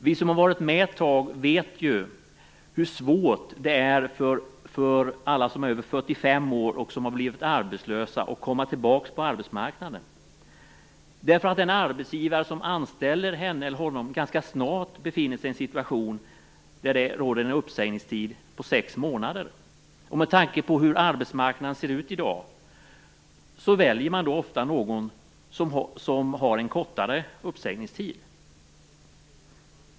Vi som har varit med ett tag vet hur svårt det är för alla som är över 45 år och har blivit arbetslösa att komma tillbaka på arbetsmarknaden. Den arbetsgivare som anställer henne eller honom befinner sig nämligen ganska snart i en situation där det råder en uppsägningstid på sex månader. Med tanke på hur arbetsmarknaden ser ut i dag väljer man då ofta någon som har en kortare uppsägningstid.